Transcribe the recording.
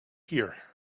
here